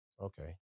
Okay